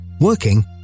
Working